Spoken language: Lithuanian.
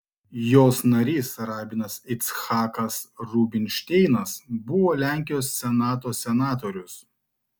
jos narys rabinas icchakas rubinšteinas buvo lenkijos senato senatorius